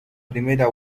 primera